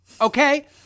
Okay